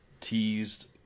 teased